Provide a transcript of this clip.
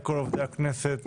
לכל עובדי הכנסת,